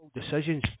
decisions